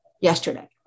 yesterday